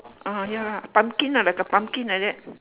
ah ya pumpkin ah like a pumpkin like that